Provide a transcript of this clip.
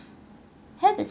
have is